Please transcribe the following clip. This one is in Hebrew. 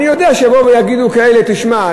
אני יודע שיבואו כאלה ויגידו: תשמע,